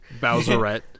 Bowserette